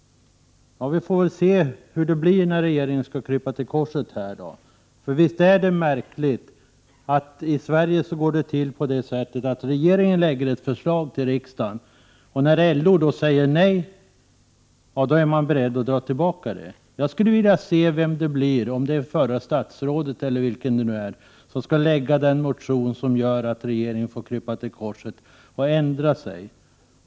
Ja, vi får väl se hur det blir när regeringen skall krypa till korset. För visst är det märkligt att det i Sverige går till på det sättet att regeringen lägger ett förslag till riksdagen, och när LO säger nej är regeringen beredd att dra tillbaka förslaget! Jag skulle vilja se vem det blir, om det är förra statsrådet kanske, som skall väcka den motion som gör att regeringen får krypa till korset och ändra sig.